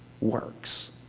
works